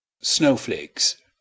Snowflakes